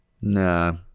Nah